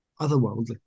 otherworldly